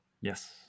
Yes